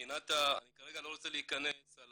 אני כרגע לא רוצה להכנס על